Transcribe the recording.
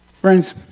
Friends